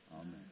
Amen